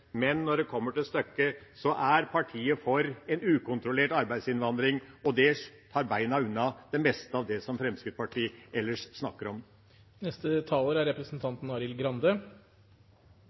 men når det kommer til stykket, er partiet for en ukontrollert arbeidsinnvandring, og det slår beina under det meste av det som Fremskrittspartiet ellers snakker om. Noen prøver, som vanlig, å gjøre denne debatten til en EU/EØS-debatt. Det er